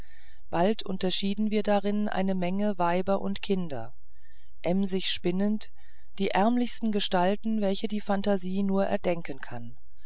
bald unterschieden wir darin eine menge weiber und kinder emsig spinnend die ärmlichsten gestalten welche die phantasie nur erdenken kann